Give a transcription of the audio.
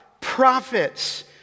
prophets